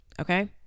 okay